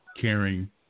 caring